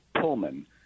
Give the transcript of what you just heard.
Pullman